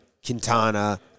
Quintana